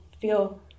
feel